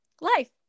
life